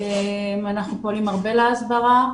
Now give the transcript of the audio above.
אנחנו פועלים הרבה להסברה.